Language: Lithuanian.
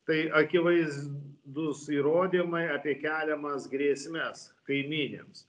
tai akivaizdūs įrodymai apie keliamas grėsmes kaimynėms